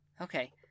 Okay